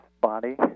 body